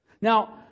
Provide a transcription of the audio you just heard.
Now